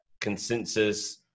consensus